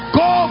go